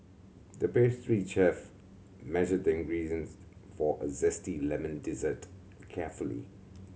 the pastry chef measured the ingredients for a zesty lemon dessert carefully